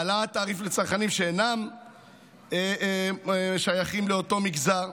להעלאת תעריף לצרכנים שאינם שייכים לאותו מגזר.